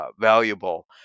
valuable